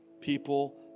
People